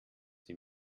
sie